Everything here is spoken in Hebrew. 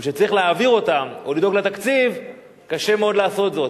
אבל כשצריך להעביר אותם או לדאוג לתקציב קשה מאוד לעשות זאת,